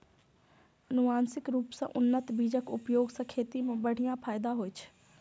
आनुवंशिक रूप सं उन्नत बीजक उपयोग सं खेती मे बढ़िया फायदा होइ छै